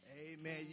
amen